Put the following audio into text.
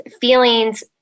feelings